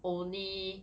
only